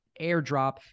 airdrop